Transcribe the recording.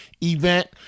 event